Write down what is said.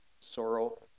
sorrow